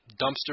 dumpster